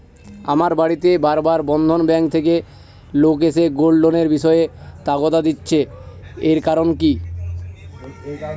আমার বাড়িতে বার বার বন্ধন ব্যাংক থেকে লোক এসে গোল্ড লোনের বিষয়ে তাগাদা দিচ্ছে এর কারণ কি?